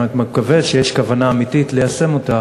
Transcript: אני רק מקווה שיש כוונה אמיתית ליישם אותה